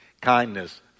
kindness